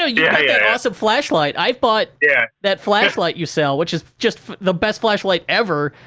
ah yeah yeah awesome flashlight. i've bought yeah that flashlight you sell, which is just the best flashlight ever.